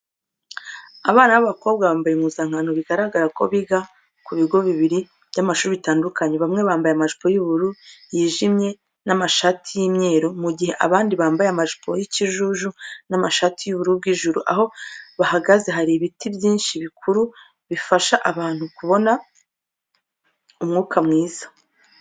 Abana b'abakobwa bambaye impuzankano bigaragara ko biga ku bigo bibiri by'amashuri bitandukanye, bamwe bambaye amajipo y'ubururu bwijimye n'amashati y'imyeru mu gihe abandi bambaye amajipo y'ikijuju n'amashati y'ubururu bw'ijuru. Aho bahagaze hari ibiti byinshi bikuru bifasha abantu kubona umwuka mwiza.